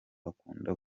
akunda